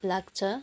लाग्छ